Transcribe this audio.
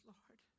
Lord